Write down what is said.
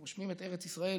רושמים את ארץ ישראל